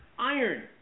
Iron